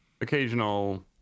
occasional